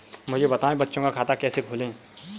मुझे बताएँ बच्चों का खाता कैसे खोलें?